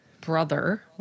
brother